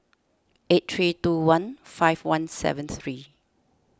eight three two one five one seven three